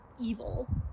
evil